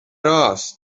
رآس